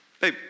hey